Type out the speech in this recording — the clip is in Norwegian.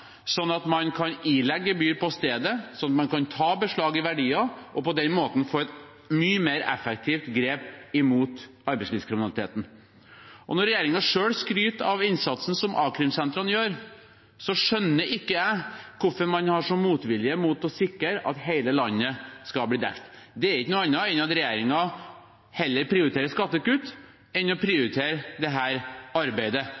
i verdier, og på den måten få et mye mer effektivt grep mot arbeidslivskriminaliteten. Når regjeringen selv skryter av innsatsen som a-krimsentrene gjør, skjønner ikke jeg hvorfor man har en slik motvilje mot å sikre at hele landet skal bli dekket. Det skyldes ikke noe annet enn at regjeringen heller prioriterer skattekutt enn dette arbeidet. Det er en tydelig politisk prioritering, og det er det greit å